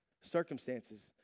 circumstances